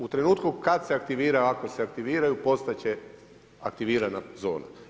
U trenutku kad se aktivira, i ako se aktiviraju postat će aktivirana zona.